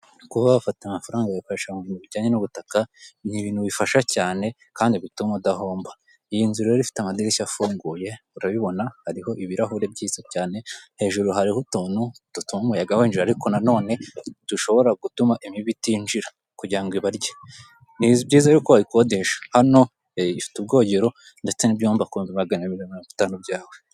kuba wafata amafaranga ukayakoresha mu bintu bijyanye n'ubutaka ni ibintu bifasha cyane kandi bituma udahomba iyi nzu rero ifite amadirishya afunguye urabibona hariho ibirahuri byiza cyane hejuru hariho utuntu dutuma umuyaga winjira ariko nanone dushobora gutuma imibu itinjira kugirango ibarye ni byiza rero ko wayikodesha hano ifite ubwogero ndetse n'ibyumba kubihumbi magana abiri na mirongo itanu byawe